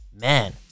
man